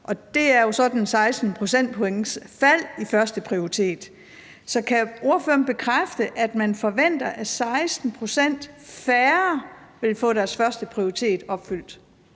og det er jo et fald på 16 procentpoint i opfyldelsen af førsteprioriteten. Så kan ordføreren bekræfte, at man forventer, at 16 pct. færre vil få deres førsteprioritet opfyldt?